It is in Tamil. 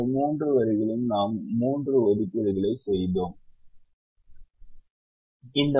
இந்த மூன்று வரிகளுக்கும் நாம் மூன்று ஒதுக்கீடுகளைச் செய்துள்ளோம் என்பதற்கு ஒத்திருக்கிறது என்றும் நாம் கூறினோம்